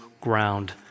ground